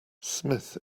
smith